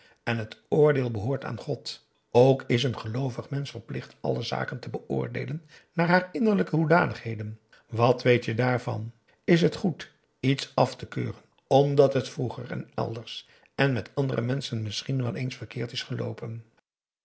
en het oordeel behoort aan god ook is een geloovig mensch verplicht alle zaken te beoordeelen naar haar innerlijke hoedanigheden wat weet je daarvan is het goed iets af te keuren omdat het vroeger en elders en met andere menschen misschien wel eens verkeerd is geloopen